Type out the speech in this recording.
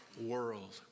world